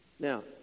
Now